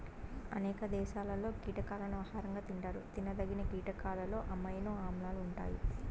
అనేక దేశాలలో కీటకాలను ఆహారంగా తింటారు తినదగిన కీటకాలలో అమైనో ఆమ్లాలు ఉంటాయి